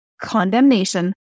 condemnation